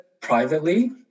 privately